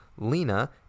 lena